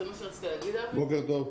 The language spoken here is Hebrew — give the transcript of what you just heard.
גרובר,